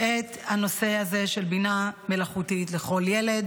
את הנושא הזה של בינה מלאכותית לכל ילד.